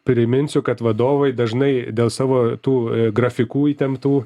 priminsiu kad vadovai dažnai dėl savo tų grafikų įtemptų